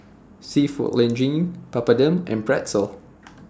Seafood Linguine Papadum and Pretzel